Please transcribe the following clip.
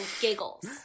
giggles